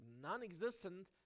non-existent